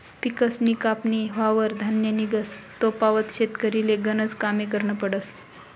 पिकसनी कापनी व्हवावर धान्य निंघस तोपावत शेतकरीले गनज कामे करना पडतस